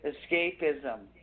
Escapism